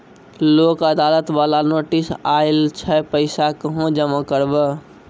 लोक अदालत बाला नोटिस आयल छै पैसा कहां जमा करबऽ?